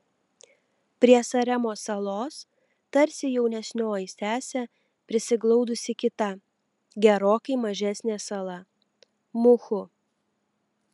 prie saremos salos tarsi jaunesnioji sesė prisiglaudusi kita gerokai mažesnė sala muhu